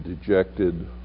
dejected